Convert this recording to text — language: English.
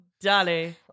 Dolly